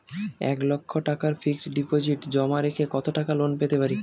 এক লক্ষ টাকার fixed deposit জমা রেখে কত টাকা লোন পেতে পারি?